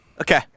Okay